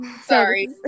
Sorry